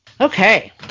Okay